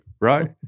right